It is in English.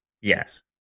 yes